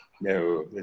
No